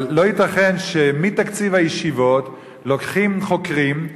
אבל לא ייתכן שמתקציב הישיבות לוקחים חוקרים,